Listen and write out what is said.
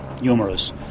numerous